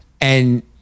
And-